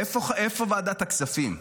איפה ועדת הכספים?